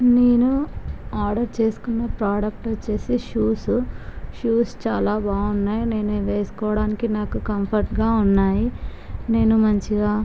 నేను ఆర్డర్ చేసుకున్న ప్రోడక్ట్ వచ్చి షూస్ షూస్ చాలా బాగున్నాయి నేను వేసుకోవడానికి నాకు కంఫర్టుగా ఉన్నాయి నేను మంచిగా